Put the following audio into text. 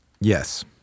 Yes